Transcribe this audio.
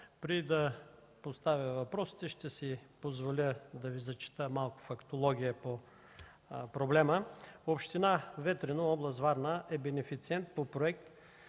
Преди да поставя въпросите, ще си позволя да Ви прочета малко фактология по проблема. Община Ветрино, област Варна е бенефициент по проект